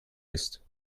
ist